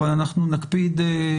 דבור,